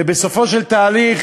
ובסופו של התהליך